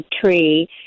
tree